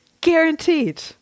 guaranteed